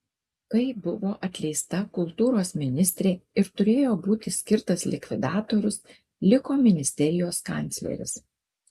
kai buvo atleista kultūros ministrė ir turėjo būti skirtas likvidatorius liko ministerijos kancleris